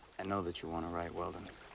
and know that you wanna write, weldon.